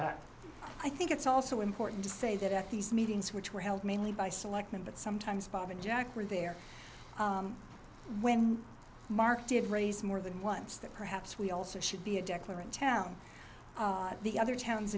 no i think it's also important to say that these meetings which were held mainly by selectman but sometimes bob and jack were there when mark did raise more than once that perhaps we also should be a declaration town the other towns